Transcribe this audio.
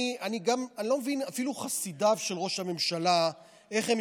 אני לא מבין איך אפילו חסידיו של ראש ממשלה יכולים